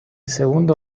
segundo